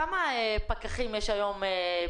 כמה פקחים יש לכם היום ברשות?